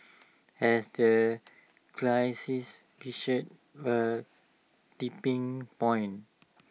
has the crisis reached A tipping point